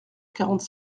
quarante